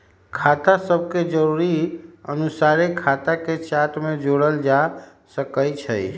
खता सभके जरुरी अनुसारे खता के चार्ट में जोड़ल जा सकइ छै